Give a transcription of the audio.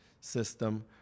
system